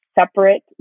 separate